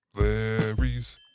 larry's